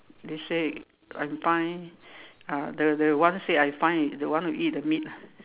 they say I'm fine ah the the one say I'm fine is the one that eat the meat ah